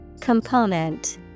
Component